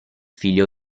figlio